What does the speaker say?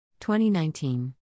2019